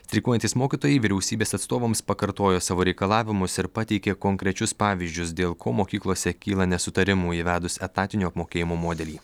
streikuojantys mokytojai vyriausybės atstovams pakartojo savo reikalavimus ir pateikė konkrečius pavyzdžius dėl ko mokyklose kyla nesutarimų įvedus etatinio apmokėjimo modelį